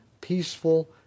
peaceful